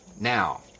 Now